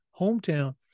Hometown